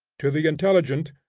to the intelligent,